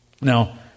Now